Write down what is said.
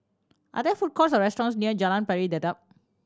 are there food courts or restaurants near Jalan Pari Dedap